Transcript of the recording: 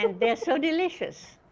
and they are so delicious.